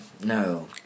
no